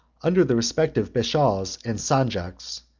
under their respective bashaws and sanjaks,